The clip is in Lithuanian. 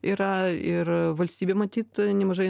yra ir valstybė matyt nemažai